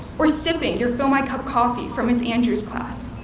or sipping your fill-my-cup coffee from ms. andrews' class.